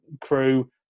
crew